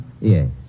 Yes